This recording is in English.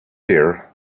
year